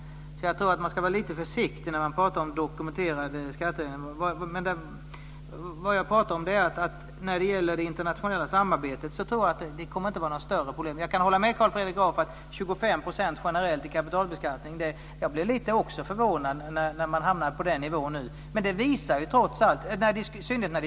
Man ska vara försiktig när man pratar om dokumenterade skattehöjningar. Det internationella samarbetet kommer inte att vara något större problem. Jag håller med Carl Fredrik Graf att man blir förvånad när det blir nivån 25 % generellt i kapitalbeskattning.